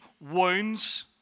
wounds